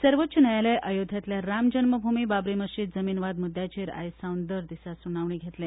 सर्वोच्च न्यायालयान अयोध्येंतल्या राम जल्म भूंय बाबरी मशीद जमीन वाद मुद्द्याचेर आज सावन दर दिसा सुनावणी घेतले